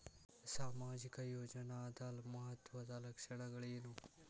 ಸಾಮಾಜಿಕ ಯೋಜನಾದ ಮಹತ್ವದ್ದ ಲಕ್ಷಣಗಳೇನು?